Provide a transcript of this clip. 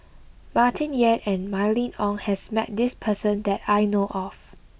Martin Yan and Mylene Ong has met this person that I know of